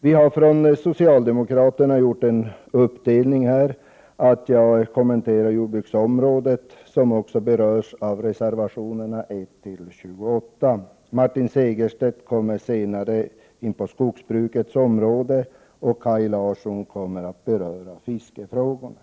Socialdemokraterna i utskottet har gjort den uppdelningen i debatten, att jag kommenterar jordbruksområdet, som föranlett reservationerna 1-28. Martin Segerstedt kommer senare att behandla skogsbrukets område, medan Kaj Larsson kommer att beröra fiskefrågorna.